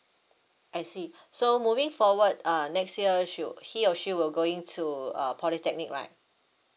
I see so moving forward uh next year she'll he or she will going to uh polytechnic right